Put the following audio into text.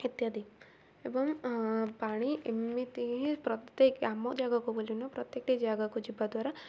ଇତ୍ୟାଦି ଏବଂ ପାଣି ଏମିତି ହିଁ ପ୍ରତ୍ୟେକ ଆମ ଜାଗାକୁ ବୋଲିି ନୁହଁ ପ୍ରତ୍ୟେକଟି ଜାଗାକୁ ଯିବା ଦ୍ୱାରା